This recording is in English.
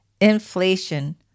inflation